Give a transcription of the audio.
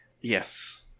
Yes